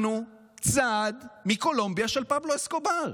אנחנו צעד מקולומביה של פבלו אסקובר.